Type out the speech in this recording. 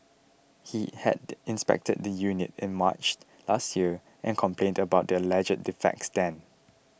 he had inspected the unit in March last year and complained about the alleged defects then